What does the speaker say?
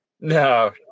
No